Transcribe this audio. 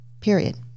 period